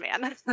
man